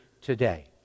today